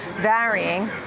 varying